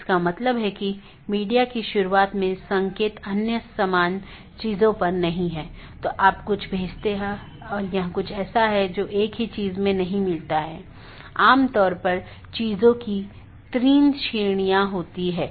अंत में ऐसा करने के लिए आप देखते हैं कि यह केवल बाहरी नहीं है तो यह एक बार जब यह प्रवेश करता है तो यह नेटवर्क के साथ घूमता है और कुछ अन्य राउटरों पर जाता है